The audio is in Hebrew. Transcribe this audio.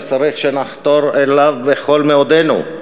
שצריך שנחתור אליו בכל מאודנו.